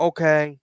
Okay